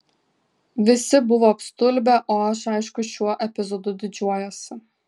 visi buvo apstulbę o aš aišku šiuo epizodu didžiuojuosi